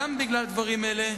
גם בגלל דברים אלה,